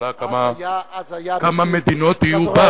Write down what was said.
השאלה היא כמה מדינות יהיו בה.